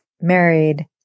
married